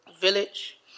village